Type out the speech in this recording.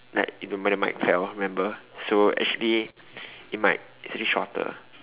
like it the mic when the mic fell remember so actually it might actually shorter